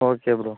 okay bro